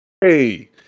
Hey